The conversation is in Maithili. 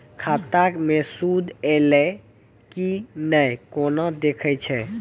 खाता मे सूद एलय की ने कोना देखय छै?